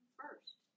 first